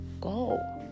Go